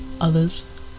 others